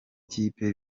kipe